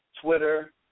Twitter